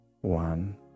one